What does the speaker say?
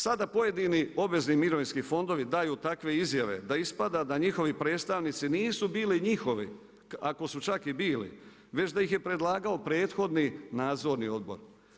Sada pojedini obvezni mirovinski fondovi daju takve izjave da ispada da njihovi predstavnici nisu bili njihovi, ako su čak i bili, već da ih je predlagao prethodni nadzorni odbor.